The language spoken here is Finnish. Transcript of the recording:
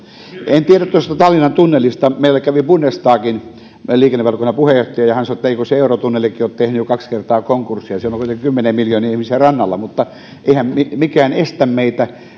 en tiedä tuosta tallinnan tunnelista meillä kävi bundestagin liikennevaliokunnan puheenjohtaja ja hän sanoi että eikö se eurotunnelikin ole tehnyt jo kaksi kertaa konkurssia ja siellä on kuitenkin kymmeniä miljoonia ihmisiä rannalla mutta eihän mikään estä meitä